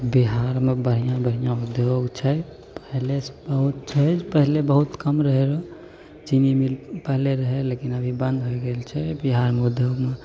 बिहारमे बढ़िआँ बढ़िआँ उद्योग छै पहिले से बहुत छै पहिले बहुत कम रहए रऽ चीनी मिल पहिले रहए लेकिन अभी बंद हो गेल छै बिहारमे उद्योगमे